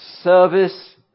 service